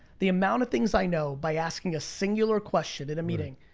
the amount of things i know by asking a singular question at a meeting.